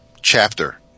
chapter